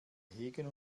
hegen